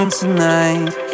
tonight